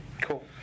Cool